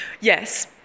yes